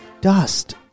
Dust